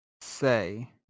say